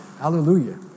Hallelujah